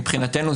מבחינתנו,